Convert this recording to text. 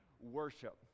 worship